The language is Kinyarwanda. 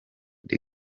the